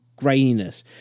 graininess